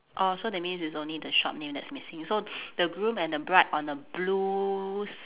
orh so that means it's only the shop name that's missing so the groom and the bride on a blue s~